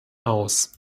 aus